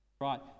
Right